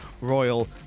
Royal